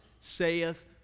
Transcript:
saith